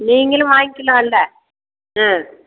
நீங்களும் வாங்கிக்கலால்ல ம்